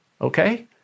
okay